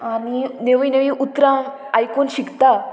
आनी नेवी नेवी उतरां आयकून शिकता